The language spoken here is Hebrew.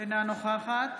אינה נוכחת